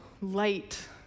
light